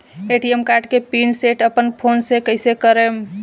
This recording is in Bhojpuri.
ए.टी.एम कार्ड के पिन सेट अपना फोन से कइसे करेम?